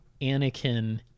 Anakin